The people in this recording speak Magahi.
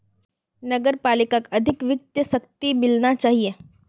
नगर पालिकाक अधिक वित्तीय शक्ति मिलना चाहिए